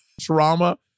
trauma